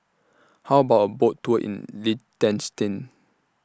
How about A Boat Tour in Liechtenstein